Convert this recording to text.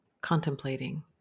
contemplating